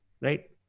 right